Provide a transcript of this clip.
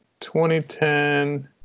2010